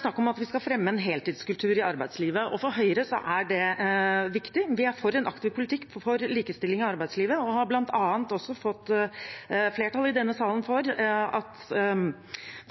snakk om at vi skal fremme en heltidskultur i arbeidslivet, og for Høyre er det viktig. Vi er for en aktiv politikk for likestilling i arbeidslivet, og vi har bl.a. fått flertall i denne salen for